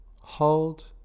hold